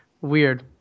weird